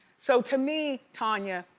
so to me, tanya,